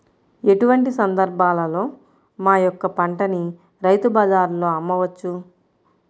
ఎటువంటి సందర్బాలలో మా యొక్క పంటని రైతు బజార్లలో అమ్మవచ్చు?